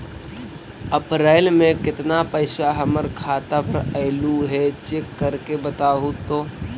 अप्रैल में केतना पैसा हमर खाता पर अएलो है चेक कर के बताहू तो?